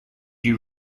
you